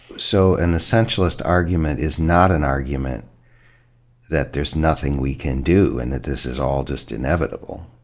so an essentialist argument is not an argument that there's nothing we can do and that this is all just inevitable.